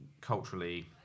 culturally